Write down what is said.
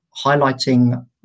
highlighting